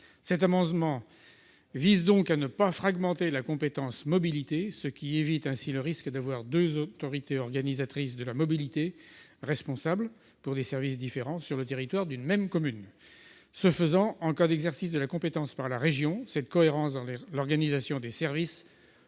Cet amendement vise à ne pas fragmenter la compétence mobilité afin d'éviter d'avoir deux autorités organisatrices responsables, pour des services différents, sur le territoire d'une même commune. Ainsi, en cas d'exercice de la compétence par la région, cette cohérence dans l'organisation des services